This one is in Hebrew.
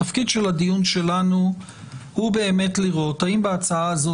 התפקיד של הדיון שלנו הוא באמת לראות האם בהצעה הזו